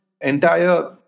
entire